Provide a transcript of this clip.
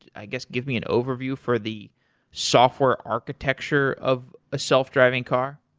i guess, give me an overview for the software architecture of a self-driving car?